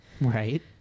Right